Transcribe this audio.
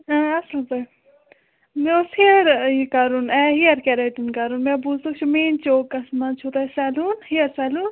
اَصٕل پٲٹھۍ مےٚ اوس ہِیَر یہِ کَرُن ہِیَر کیرٮ۪ٹِن کَرُن مےٚ بوٗز تُہۍ چھُو مین چوکَس منٛز چھُو تۄہہِ سیلوٗن ہِیَر سیلوٗن